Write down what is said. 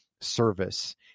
service